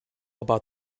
about